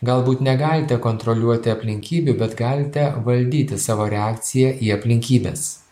galbūt negalite kontroliuoti aplinkybių bet galite valdyti savo reakciją į aplinkybes